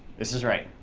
this is right.